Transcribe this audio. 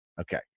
Okay